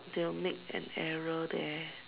they will make an error there